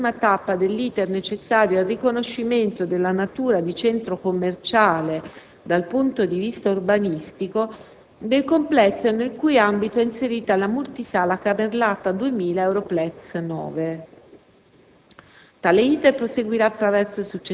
La predetta approvazione costituisce la prima tappa dell'*iter* necessario ai riconoscimento della natura di centro commerciale (dal punto di vista urbanistico) del complesso nel cui ambito è inserita la multisala Camerlata 2000 Europlex 9.